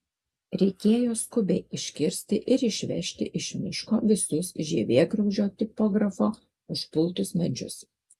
reikėjo skubiai iškirsti ir išvežti iš miško visus žievėgraužio tipografo užpultus medžius